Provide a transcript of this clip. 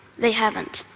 they haven't.